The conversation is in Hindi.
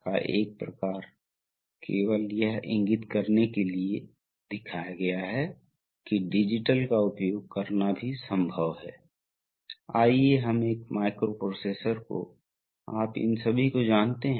इसलिए जब यह कुंडली सक्रिय होती है तो द्रव बहता है इसलिए यह विस्तार के लिए है और यह प्रत्यावर्तन के लिए है